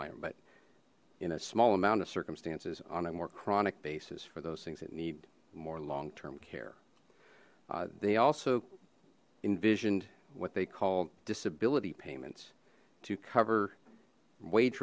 minor but in a small amount of circumstances on a more chronic basis for those things that need more long term care they also envisioned what they call disability payments to cover wage